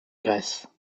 grèce